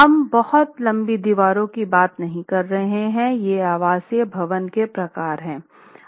हम बहुत लंबी दीवारों की बात नहीं कर रहे हैं ये आवासीय भवन के प्रकार हैं